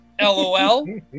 lol